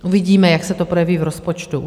Uvidíme, jak se to projeví v rozpočtu.